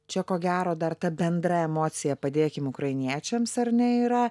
čia ko gero dar ta bendra emocija padėkim ukrainiečiams ar ne yra